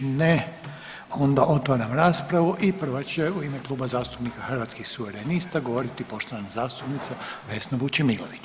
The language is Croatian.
Ne, onda otvaram raspravu i prva će u ime Kluba zastupnika Hrvatskih suverenista govoriti poštovana zastupnica Vesna Vučemilović.